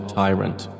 tyrant